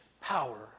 power